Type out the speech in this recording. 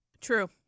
True